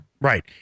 Right